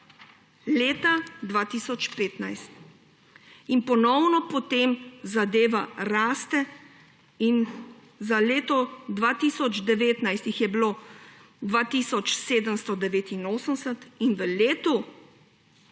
Leta 2015. In ponovno potem zadeva raste in za leto 2019 jih je bilo 2 tisoč 789 in v letu